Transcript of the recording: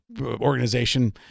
organization